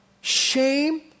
shame